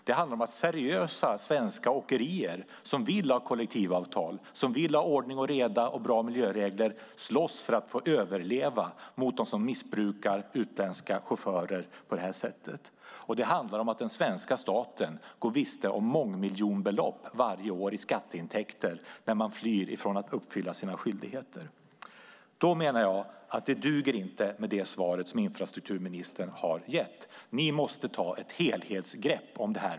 Det handlar om att seriösa svenska åkerier som vill ha kollektivavtal, ordning och reda och bra miljöregler slåss för att överleva mot dem som missbrukar utländska chaufförer på detta sätt. Det handlar om att den svenska staten går miste om mångmiljonbelopp i skatteintäkter varje år, när åkerierna flyr ifrån att uppfylla sina skyldigheter. Jag menar att det inte duger med det svar som infrastrukturministern har gett. Ni måste ta ett helhetsgrepp om detta.